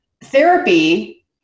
therapy